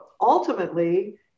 ultimately